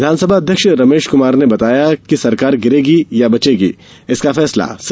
विधानसभा अध्यक्ष रमेश कृमार ने बताया कि सरकार गिरेगी या बचेगी इसका फैसला सदन में ही होगा